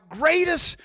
greatest